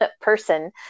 person